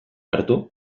hartu